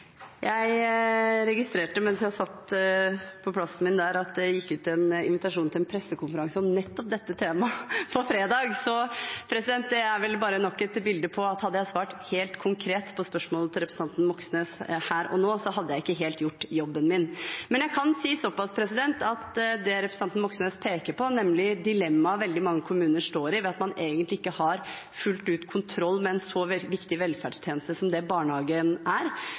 jeg satt på plassen min, registrerte jeg at det gikk ut en invitasjon til en pressekonferanse om nettopp dette temaet på fredag. Det er vel bare nok et bilde på at hadde jeg svart helt konkret på spørsmålet til representanten Moxnes her og nå, hadde jeg ikke helt gjort jobben min. Men jeg kan si såpass at det representanten Moxnes peker på – dilemmaet veldig mange kommuner står i ved at man egentlig ikke har fullt ut kontroll med en så viktige velferdstjeneste som det barnehagen er